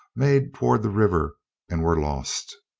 made toward the river and were lost.